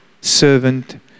servant